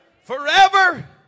forever